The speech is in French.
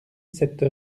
cette